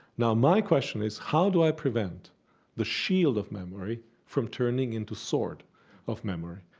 now, my question is how do i prevent the shield of memory from turning into sword of memory?